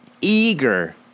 Eager